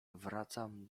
wracam